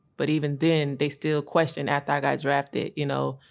but even then they still question after i got drafted you know,